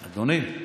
אדוני,